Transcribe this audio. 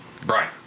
Brian